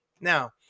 Now